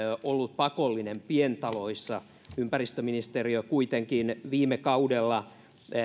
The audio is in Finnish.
ollut pakollinen pientaloissa ympäristöministeriö kuitenkin viime kaudella